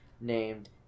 named